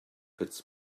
his